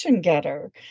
getter